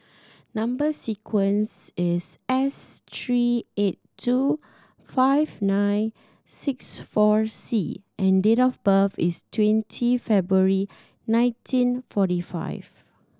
number sequence is S three eight two five nine six four C and date of birth is twenty February nineteen forty five